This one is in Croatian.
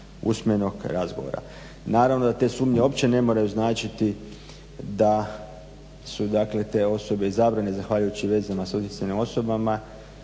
usmenog razgovora. Naravno da te sumnje uopće ne moraju značiti da su te osobe izabrane zahvaljujući vezama s utjecajnim osobama,